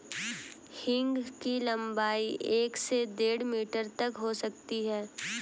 हींग की लंबाई एक से डेढ़ मीटर तक हो सकती है